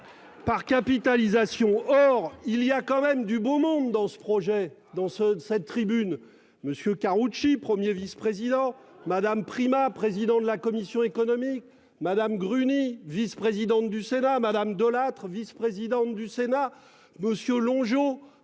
Par capitalisation. Or il y a quand même du beau monde dans ce projet dans ce de cette tribune, monsieur Karoutchi, 1er vice-président Madame Primas, président de la commission économique Madame Gruny vice-présidente du Sénat Madame Delattre vice-présidente du Sénat, monsieur Longeot,